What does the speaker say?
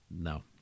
no